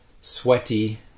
sweaty